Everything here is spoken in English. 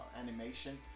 animation